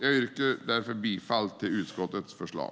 Jag yrkar därför bifall till utskottets förslag.